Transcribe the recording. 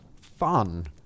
fun